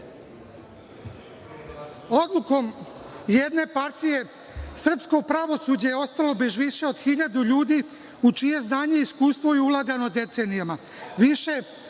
Odlukom jedne partije srpsko pravosuđe je ostalo bez više od 1.000 ljudi u čije znanje i iskustvo je ulagano decenijama,